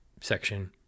section